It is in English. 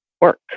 work